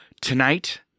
tonight